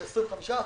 זה 25%,